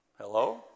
Hello